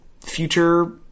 future